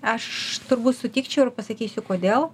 aš turbūt sutikčiau ir pasakysiu kodėl